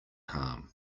harm